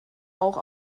auch